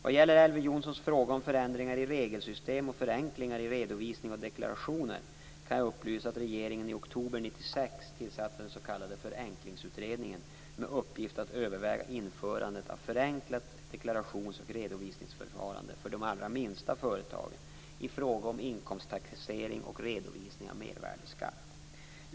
Vad gäller Elver Jonssons fråga om förändringar i regelsystem och förenklingar i redovisning och deklaration kan jag upplysa om att regeringen i oktober 1996 tillsatte den s.k. Förenklingsutredningen med uppgift att överväga införandet av ett förenklat deklarations och redovisningsförfarande för de allra minsta företagen i fråga om inkomsttaxering och redovisning av mervärdesskatt.